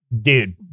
dude